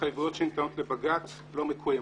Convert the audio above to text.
וההתחייבויות שניתנות לבג"ץ לא מקוימות.